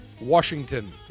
Washington